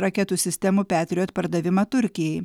raketų sistemų petrijot pardavimą turkijai